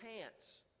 pants